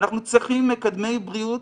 אנחנו צריכים מקדמי בריאות.